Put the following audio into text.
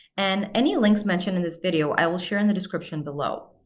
and any links mentioned in this video, i will share in the description below.